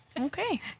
Okay